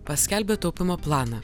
paskelbė taupymo planą